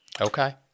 Okay